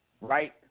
right